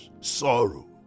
sorrow